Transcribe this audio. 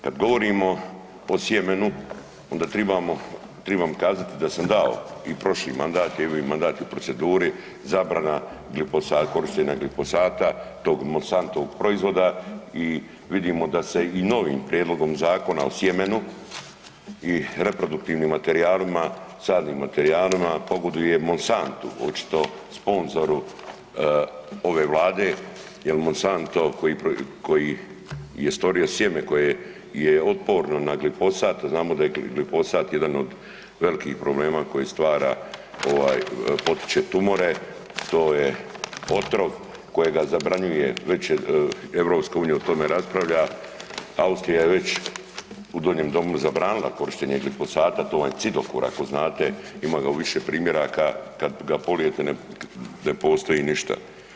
Kad govorimo o sjemenu onda tribamo, tribam kazati da sam dao i prošli mandat evo i ovi mandat je u proceduri zabrana glifosata, korištenja glifosata tog Monsantovog proizvoda i vidimo da se i novim prijedlogom zakona o sjemenu i reproduktivnim materijalima, sadnim materijalima pogoduje Monsantu očito sponzoru ove Vlade jer Monsanto koji je stvorio sjeme koje je otporno na glifosat, a znamo da je glifosat jedan od velikih problema koji stvara ovaj potiče tumore to je otrov kojega zabranjuje, već EU o tome raspravlja, Austrija je već u Donjem domu zabranila korištenje glifosata to vam je cidokor ako znate, ima ga u više primjeraka, kad ga polijete ne postoji ništa.